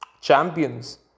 champions